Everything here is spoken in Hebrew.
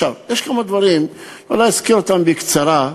יש כמה דברים, אולי אזכיר אותם בקצרה.